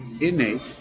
innate